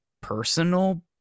personal